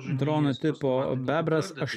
drono tipo bebras aš